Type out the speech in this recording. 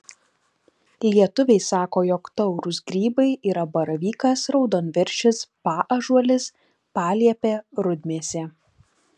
lietuviai sako jog taurūs grybai yra baravykas raudonviršis paąžuolis paliepė rudmėsė